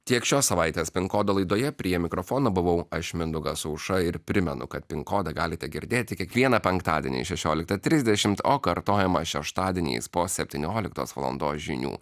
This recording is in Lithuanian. tiek šios savaitės pin kodo laidoje prie mikrofono buvau aš mindaugas aušra ir primenu kad pin kodą galite girdėti kiekvieną penktadienį šešioliktą trisdešimt o kartojimą šeštadieniais po septynioliktos valandos žinių